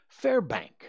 Fairbank